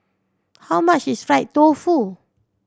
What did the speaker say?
how much is fried tofu